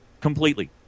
completely